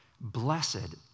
Blessed